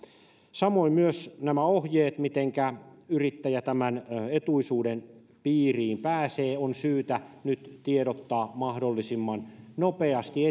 samoin myös nämä ohjeet mitenkä yrittäjä tämän etuisuuden piiriin pääsee on syytä nyt tiedottaa mahdollisimman nopeasti